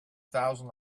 thousand